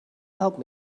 help